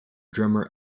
drummer